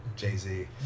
Jay-Z